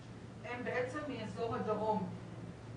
הם בעצם מאזור הדרום.